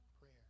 prayer